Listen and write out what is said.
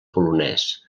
polonès